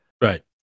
right